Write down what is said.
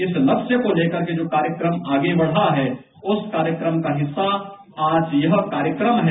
इस लक्ष्य को लेकर जो कार्यक्रम आगे बढ़ा है उस कार्यक्रम का हिस्सा आज यह कार्यक्रम है